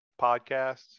podcasts